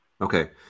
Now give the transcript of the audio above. okay